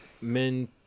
men